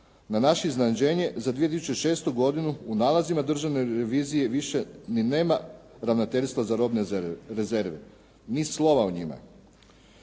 Na naše iznenađenje, za 2006. godinu u nalazima državne revizije više ni nema Ravnateljstva za robne rezerve. Ni slova o njima.